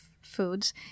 foods